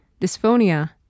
dysphonia